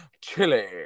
chili